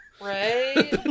Right